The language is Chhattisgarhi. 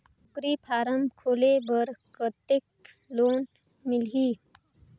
कूकरी फारम खोले बर कतेक लोन मिलही?